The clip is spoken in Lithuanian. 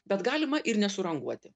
bet galima ir nesuranguoti